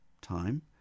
time